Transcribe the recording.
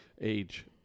Age